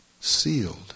Sealed